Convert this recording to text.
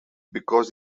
because